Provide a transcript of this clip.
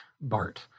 Bart